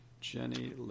Jenny